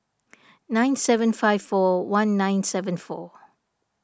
nine seven five four one nine seven four